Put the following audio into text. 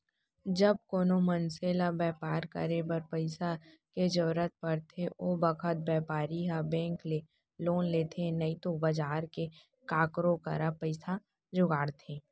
जब कोनों मनसे ल बैपार करे बर पइसा के जरूरत परथे ओ बखत बैपारी ह बेंक ले लोन लेथे नइतो बजार से काकरो करा पइसा जुगाड़थे